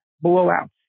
blowout